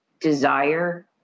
desire